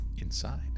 inside